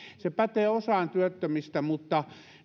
se pätee osaan työttömistä mutta